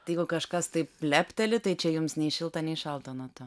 tai jeigu kažkas taip lepteli tai čia jums nei šilta nei šalta nuo to